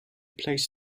placed